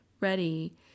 ready